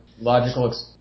logical